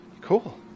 cool